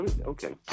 Okay